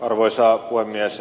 arvoisa puhemies